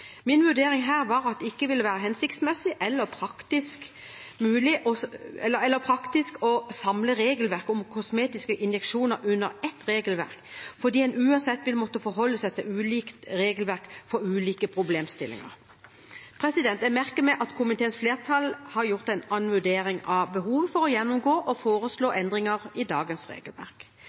Min vurdering her var at det ikke ville være hensiktsmessig eller praktisk å samle regelverket om kosmetiske injeksjoner under ett regelverk, fordi en uansett vil måtte forholde seg til ulike regelverk for ulike problemstillinger. Jeg merker meg at komiteens flertall har gjort en annen vurdering av behovet for å gjennomgå og foreslå endringer i dagens regelverk,